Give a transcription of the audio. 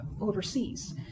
overseas